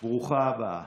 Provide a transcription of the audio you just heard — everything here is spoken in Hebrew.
ברוכה הבאה.